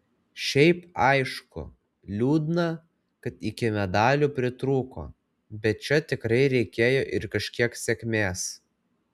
šiaip aišku liūdna kad iki medalių pritrūko bet čia tikrai reikėjo ir kažkiek sėkmės